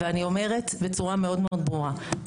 ואני אומרת בצורה מאוד מאוד ברורה,